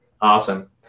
Awesome